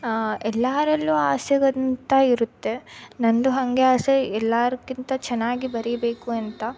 ಎಲ್ಲಾರಲ್ಲೂ ಆಸೆಗಂತ ಇರುತ್ತೆ ನಂದು ಹಾಗೆ ಆಸೆ ಎಲ್ಲರ್ಗಿಂತ ಚೆನ್ನಾಗಿ ಬರಿಬೇಕು ಅಂತ